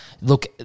Look